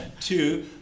Two